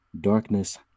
Darkness